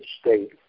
state